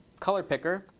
color picker,